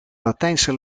latijnse